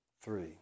three